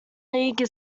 league